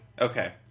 okay